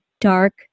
dark